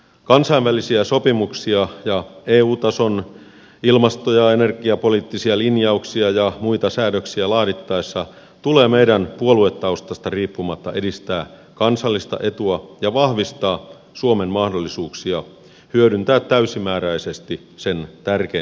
kansainvälisiä sopimuksia ja eu tason ilmasto ja energiapoliittisia linjauksia ja muita säädöksiä laadittaessa tulee meidän puoluetaustasta riippumatta edistää kansallista etua ja vahvistaa suomen mahdollisuuksia hyödyntää täysimääräisesti sen tärkeintä luonnonvaraa